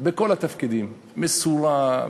בכל התפקידים, מסורה,